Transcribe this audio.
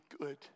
good